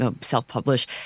self-publish